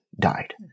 died